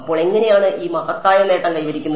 അപ്പോൾ എങ്ങനെയാണ് ഈ മഹത്തായ നേട്ടം കൈവരിക്കുന്നത്